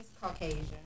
Caucasian